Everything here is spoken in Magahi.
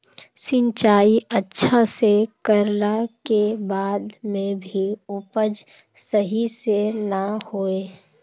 सिंचाई अच्छा से कर ला के बाद में भी उपज सही से ना होय?